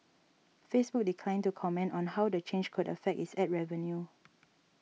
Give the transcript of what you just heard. Facebook declined to comment on how the change could affect its ad revenue